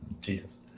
Jesus